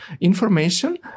information